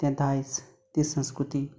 तें दायज ती संस्कृती